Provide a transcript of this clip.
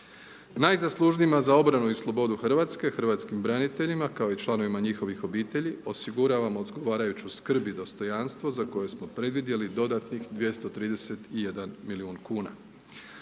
Najzaslužnijima za obranu i slobodu Hrvatske, hrvatskim braniteljima kao i članovima njihovih obitelji osiguravamo odgovarajuću skrb i dostojanstvo za koju smo predvidjeli dodatnih 231 milijun kuna.